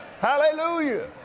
Hallelujah